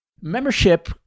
Membership